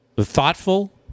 thoughtful